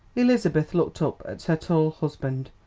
elizabeth looked up at her tall husband,